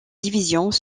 divisions